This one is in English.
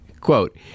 Quote